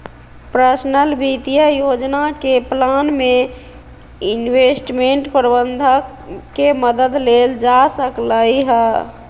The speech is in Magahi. पर्सनल वित्तीय योजना के प्लान में इंवेस्टमेंट परबंधक के मदद लेल जा सकलई ह